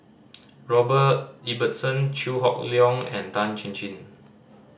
Robert Ibbetson Chew Hock Leong and Tan Chin Chin